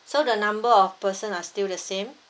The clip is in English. so the number of persons are still the same